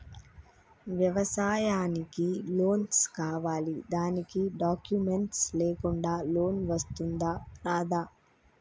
వ్యవసాయానికి లోన్స్ కావాలి దానికి డాక్యుమెంట్స్ లేకుండా లోన్ వస్తుందా రాదా?